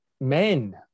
men